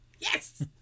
Yes